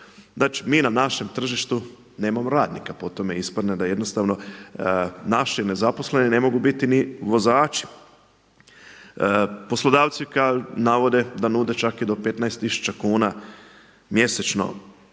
znači mi na našem tržištu nemamo radnika, po tome ispadne da jednostavno naši nezaposleni ne mogu biti ni vozači. Poslodavci navode da nude čak i do 15 tisuća kuna mjesečno